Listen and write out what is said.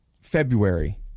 February